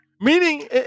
meaning